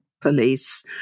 police